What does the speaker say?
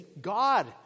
God